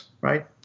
Right